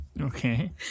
Okay